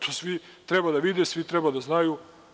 To svi treba da vide, svi treba da znaju.